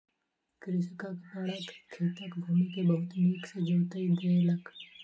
कृषकक बड़द खेतक भूमि के बहुत नीक सॅ जोईत देलक